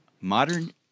Modern